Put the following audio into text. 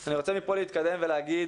אני רוצה מפה להתקדם ולהגיד,